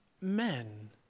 men